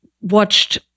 watched